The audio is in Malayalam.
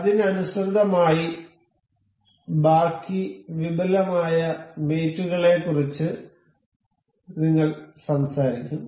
അതിനനുസൃതമായി ബാക്കി വിപുലമായ മേറ്റ് കളെക്കുറിച്ച് നിങ്ങൾ സംസാരിക്കും